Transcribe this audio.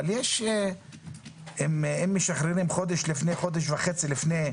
אבל אם משחררים אסירים לא מסוכנים חודש וחצי לפני,